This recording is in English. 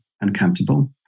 uncomfortable